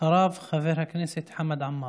אחריו, חבר הכנסת חמד עמאר.